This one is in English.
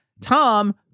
Tom